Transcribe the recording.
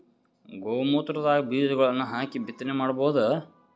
ಗೋ ಮೂತ್ರದಾಗ ಬೀಜಗಳನ್ನು ಹಾಕಿ ಬಿತ್ತನೆ ಮಾಡಬೋದ?